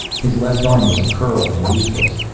his left arm was curled and useless.